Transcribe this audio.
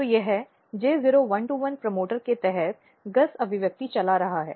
तो यह J0121 promoter के तहत GUS अभिव्यक्ति चला रहा है